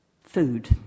Food